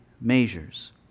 measures